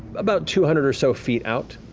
about two hundred or so feet out,